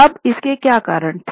अब इसके क्या कारण थे